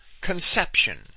conception